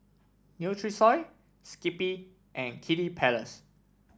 Nutrisoy Skippy and Kiddy Palace